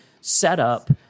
setup